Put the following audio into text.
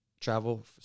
travel